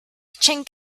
chink